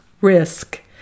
risk